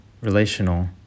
relational